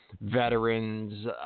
veterans